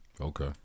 Okay